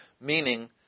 meaning